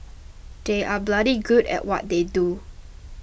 they are bloody good at what they do